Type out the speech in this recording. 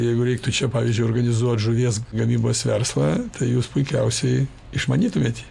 jeigu reiktų čia pavyzdžiui organizuot žuvies gamybos verslą tai jūs puikiausiai išmanytumėt jį